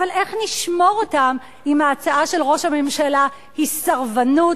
אבל איך נשמור אותם אם ההצעה של ראש הממשלה היא סרבנות?